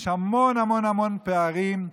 יש המון המון פערים,